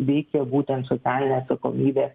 veikia būtent socialinė atsakomybė